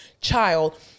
child